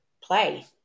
play